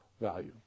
value